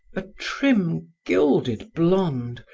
a trim, gilded blonde,